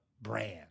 brand